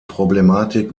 problematik